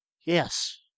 Yes